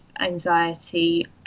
anxiety